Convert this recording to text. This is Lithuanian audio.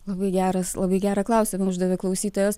labai geras labai gerą klausimą uždavė klausytojas